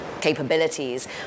capabilities